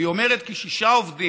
והיא אומרת כי שישה עובדים,